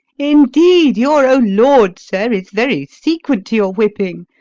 indeed your o lord, sir is very sequent to your whipping.